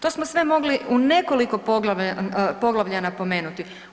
To smo sve mogli u nekoliko poglavlja napomenuti.